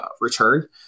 return